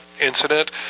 incident